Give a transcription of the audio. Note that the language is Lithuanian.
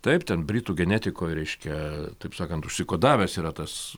taip ten britų genetikoj reiškia taip sakant užsikodavęs yra tas